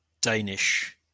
danish